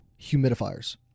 humidifiers